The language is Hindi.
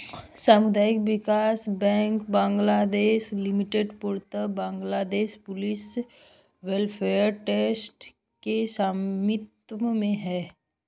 सामुदायिक विकास बैंक बांग्लादेश लिमिटेड पूर्णतः बांग्लादेश पुलिस वेलफेयर ट्रस्ट के स्वामित्व में है